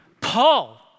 Paul